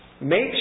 Make